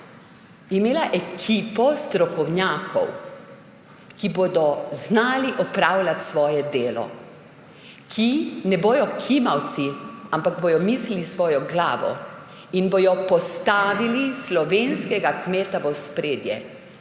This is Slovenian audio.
imela ekipo strokovnjakov, ki bodo znali opravljati svoje delo, ki ne bodo kimavci, ampak bodo mislili s svojo glavo in bodo postavili slovenskega kmeta v ospredje.